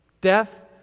death